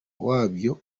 wabyo